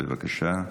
בבקשה.